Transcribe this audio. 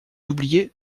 oubliez